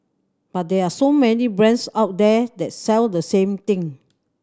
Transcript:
but there are so many brands out there that sell the same thing